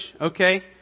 Okay